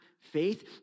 faith